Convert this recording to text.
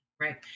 Right